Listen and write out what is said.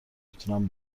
میتونم